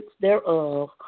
thereof